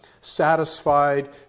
satisfied